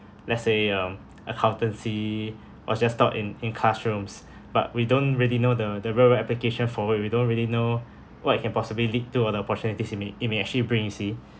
let's say um accountancy was just taught in in classrooms but we don't really know the the real-world application for it we don't really know what it can possibly lead to or the opportunities it may it may actually bring you see